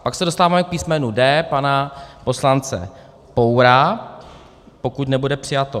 Pak se dostáváme k písmenu D pana poslance Poura, pokud nebude přijato A.